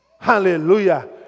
Hallelujah